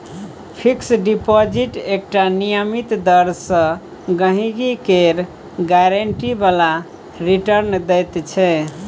fix deposit एकटा नियमित दर सँ गहिंकी केँ गारंटी बला रिटर्न दैत छै